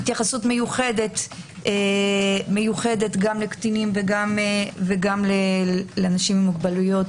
התייחסות מיוחדת גם לקטינים וגם לאנשים עם מוגבלויות.